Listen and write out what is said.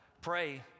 pray